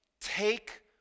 take